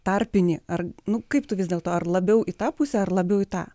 tarpinį ar nu kaip tu vis dėlto ar labiau į tą pusę ar labiau į tą